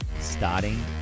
starting